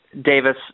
Davis